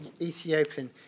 Ethiopian